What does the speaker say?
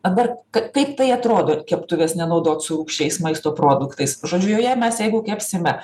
dabar kaip tai atrodo keptuvės nenaudot su rūgščiais maisto produktais žodžiu joje mes jeigu kepsime